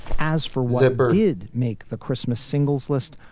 as for what did make the christmas singles list,